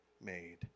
made